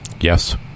Yes